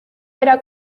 era